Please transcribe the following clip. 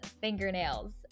Fingernails